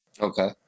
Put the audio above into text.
okay